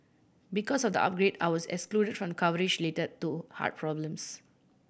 because of the upgrade I was excluded from coverage related to heart problems